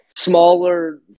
smaller